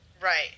Right